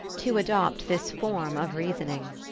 to adopt this form of reasoning.